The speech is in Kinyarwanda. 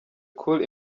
cool